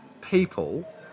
people